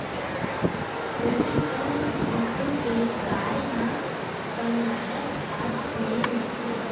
हल्लीकर नसल के गाय ह करनाटक राज म मिलथे